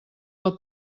del